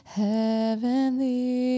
heavenly